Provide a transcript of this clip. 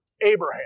Abraham